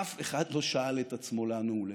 אף אחד לא שאל את עצמו לאן הוא הולך.